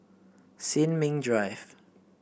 Sin Ming Drive